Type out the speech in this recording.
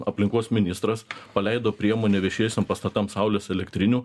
aplinkos ministras paleido priemonę viešiesiem pastatam saulės elektrinių